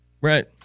Right